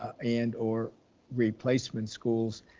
and or replacement schools.